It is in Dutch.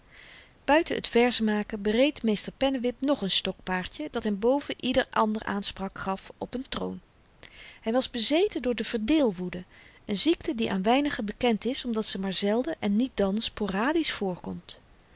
buiten t verzenmaken bereed meester pennewip nog n stokpaardje dat hem boven ieder ander aanspraak gaf op n troon hy was bezeten door de verdeelwoede een ziekte die aan weinigen bekend is omdat ze maar zelden en niet dan sporadisch voorkomt